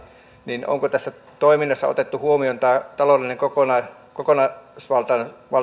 niin onko tässä toiminnassa otettu huomioon tämä taloudellinen kokonaisvaltainen